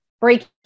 breaking